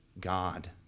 God